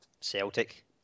Celtic